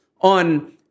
on